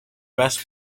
best